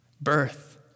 birth